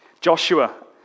Joshua